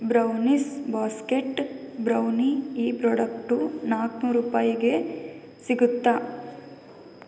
brownies basket brownie ಈ product ನಾಲ್ಕ್ನೂರು ರೂಪಾಯಿಗೆ ಸಿಗುತ್ತಾ